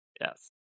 Yes